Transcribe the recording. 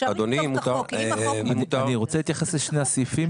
אני רוצה בבקשה להתייחס לשני הסעיפים,